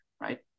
right